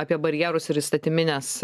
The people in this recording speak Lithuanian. apie barjerus ir įstatymines